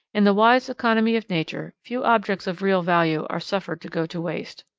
in the wise economy of nature few objects of real value are suffered to go to waste.